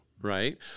Right